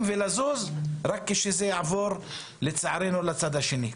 ולזוז רק כשזה יעבור לצערנו לצד השני.